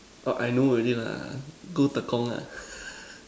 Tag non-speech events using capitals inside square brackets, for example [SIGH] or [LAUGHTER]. orh I know already lah go Tekong lah [LAUGHS]